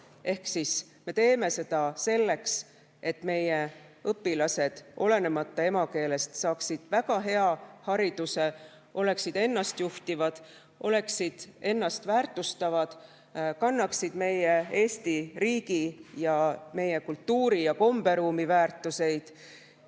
Ehk siis me teeme seda selleks, et meie õpilased, olenemata emakeelest, saaksid väga hea hariduse, suudaksid ennast juhtida, oskaksid ennast väärtustada, kannaksid meie Eesti riigi ja meie kultuuri‑ ja komberuumi väärtusi